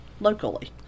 locally